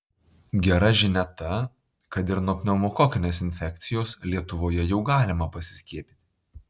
gera žinia ta kad ir nuo pneumokokinės infekcijos lietuvoje jau galima pasiskiepyti